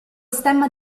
stemma